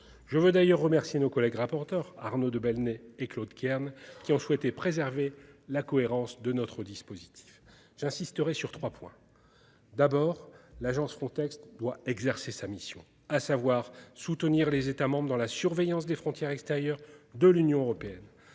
Je veux d'ailleurs remercier nos collègues rapporteur Arnaud de Belenet et Claude Kern qui ont souhaité préserver la cohérence de notre dispositif. J'insisterai sur 3 points. D'abord l'agence Frontex doit exercer sa mission, à savoir soutenir les États membres dans la surveillance des frontières extérieures de l'Union européenne